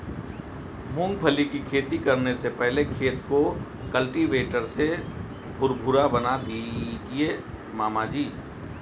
मूंगफली की खेती करने से पहले खेत को कल्टीवेटर से भुरभुरा बना दीजिए मामा जी